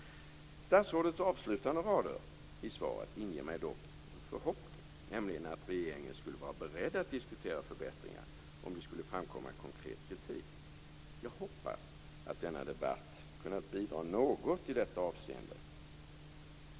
Statsrådets avslutande rader i svaret inger mig dock en förhoppning, nämligen det han säger om att regeringen skulle vara beredd att diskutera förbättringar om det skulle framkomma konkret kritik. Jag hoppas att denna debatt kunnat bidra något i detta avseende.